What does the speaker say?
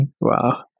Wow